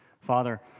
Father